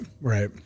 Right